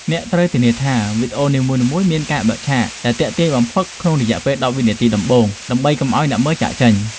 អ្នកត្រូវធានាថាវីដេអូនីមួយៗមាន ការបើកឆាក ដែលទាក់ទាញបំផុតក្នុងរយៈពេល ១០ វិនាទីដំបូងដើម្បីកុំឱ្យអ្នកមើលចាកចេញ។